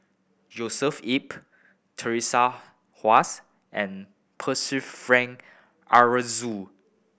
Joshua Ip Teresa Hsu and Percival Frank Aroozoo